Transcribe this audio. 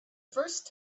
first